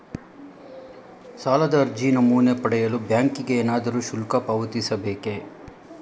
ಸಾಲದ ಅರ್ಜಿ ನಮೂನೆ ಪಡೆಯಲು ಬ್ಯಾಂಕಿಗೆ ಏನಾದರೂ ಶುಲ್ಕ ಪಾವತಿಸಬೇಕೇ?